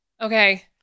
Okay